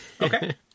Okay